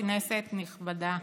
גברתי היושבת-ראש, כנסת נכבדה,